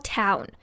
town